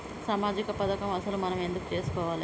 సామాజిక పథకం అసలు మనం ఎందుకు చేస్కోవాలే?